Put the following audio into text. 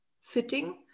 fitting